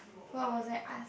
what was that I